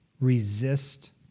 Resist